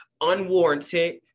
Unwarranted